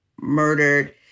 murdered